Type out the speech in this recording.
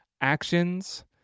actions